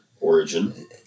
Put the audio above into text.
origin